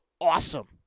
awesome